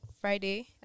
friday